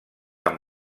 amb